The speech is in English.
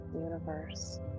universe